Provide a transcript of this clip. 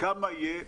כמה יהיה,